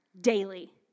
daily